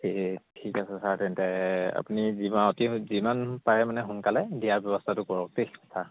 এই ঠিক আছে ছাৰ তেন্তে আপুনি যিমান অতি যিমান পাৰে মানে সোনকালে দিয়াৰ ব্যৱস্থাটো কৰক দেই ছাৰ